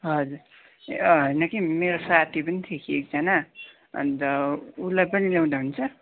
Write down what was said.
हजुर ए होइन कि मेरो साथी पनि थियो कि एकजना अन्त उसलाई पनि ल्याउँदा हुन्छ